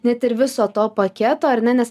net ir viso to paketo ar ne nes